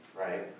right